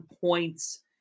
points